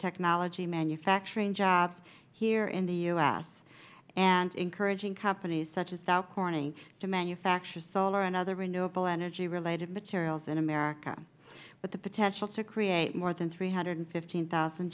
technology manufacturing jobs here in the u s and encouraging companies such as dow corning to manufacture solar and other renewable energy related materials in america with the potential to create more than three hundred and fifteen thousand